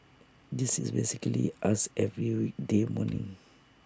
this is basically us every weekday morning